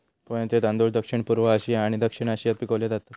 पोह्यांचे तांदूळ दक्षिणपूर्व आशिया आणि दक्षिण आशियात पिकवले जातत